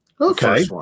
okay